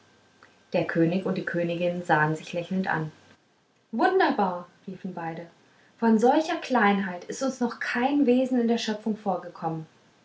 der könig und die königin sahen sich lächelnd an wunderbar riefen beide von solcher kleinheit ist uns noch kein wesen in der schöpfung vorgekommen